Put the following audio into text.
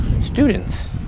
Students